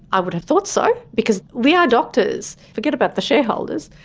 i would have thought so. because we are doctors. forget about the shareholders.